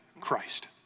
Christ